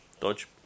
Dodge